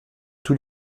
tous